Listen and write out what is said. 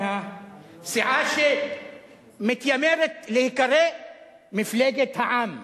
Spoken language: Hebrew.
מהסיעה שמתיימרת להיקרא מפלגת העם.